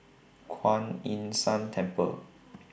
Kuan Yin San Temple